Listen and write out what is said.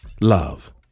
love